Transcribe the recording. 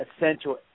essential